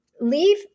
leave